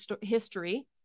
history